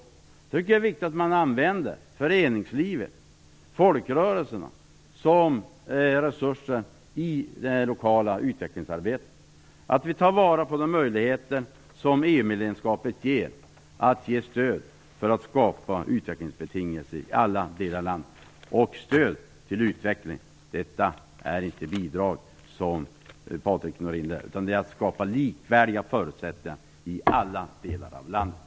Jag tycker att det är viktigt att använda föreningslivet och folkrörelserna som resurser i det lokala utvecklingsarbetet, att ta vara på de möjligheter som EU-medlemskapet ger till stöd för att skapa utvecklingsbetingelser i alla delar av landet. Stöd till utveckling är inte bidrag, Patrik Norinder, utan det är att skapa likvärdiga förutsättningar i alla delar av landet.